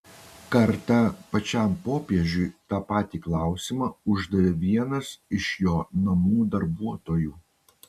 kartą pačiam popiežiui tą patį klausimą uždavė vienas iš jo namų darbuotojų